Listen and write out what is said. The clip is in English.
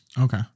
Okay